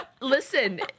listen